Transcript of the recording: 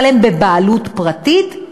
אבל הם בבעלות פרטית,